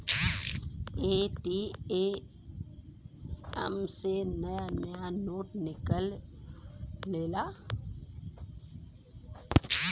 ATM से नया नया नोट निकलेला